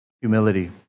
humility